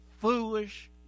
foolish